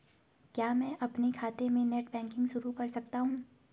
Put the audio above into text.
क्या मैं अपने खाते में नेट बैंकिंग शुरू कर सकता हूँ?